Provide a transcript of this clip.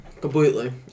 Completely